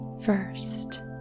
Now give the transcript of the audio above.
First